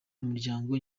umuryango